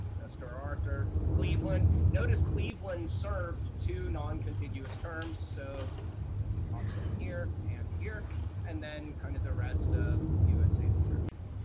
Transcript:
chester arthur, cleveland, notice cleveland served two non-contiguous terms so he pops up here and here and then kind of the rest of usa leadership.